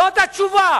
זאת התשובה.